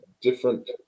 different